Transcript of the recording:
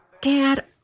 Dad